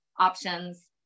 options